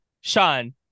Sean